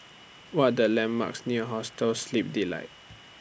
What Are The landmarks near Hostel Sleep Delight